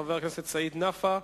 חבר הכנסת סעיד נפאע,